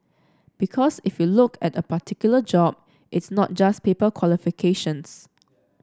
because if you look at a particular job it's not just paper qualifications